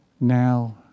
now